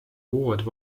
uued